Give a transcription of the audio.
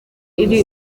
iri